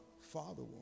father